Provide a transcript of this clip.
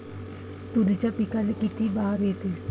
तुरीच्या पिकाले किती बार येते?